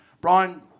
Brian